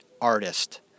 artist